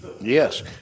Yes